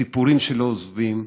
סיפורים שלא עוזבים,